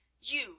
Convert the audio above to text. you